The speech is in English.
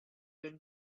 been